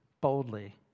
boldly